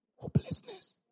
Hopelessness